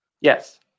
Yes